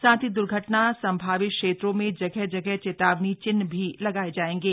साथ ही द्वर्घटना संभावित क्षेत्रों में जगह जगह चेतावनी चिन्ह भी लगाए जाएंगे